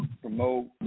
promote